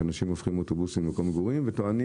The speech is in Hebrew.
שאנשים הופכים אוטובוסים למקום מגורים וטוענים